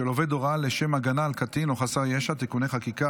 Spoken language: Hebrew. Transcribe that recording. של עובד הוראה לשם הגנה על קטין או חסר ישע (תיקוני חקיקה),